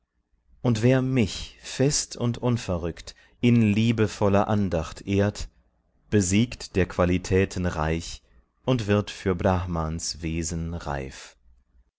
und wer mich fest und unverrückt in liebevoller andacht ehrt besiegt der qualitäten reich und wird für brahmans wesen reif